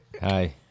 Hi